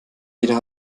jeder